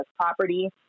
property